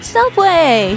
Subway